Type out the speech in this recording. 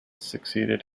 succeeded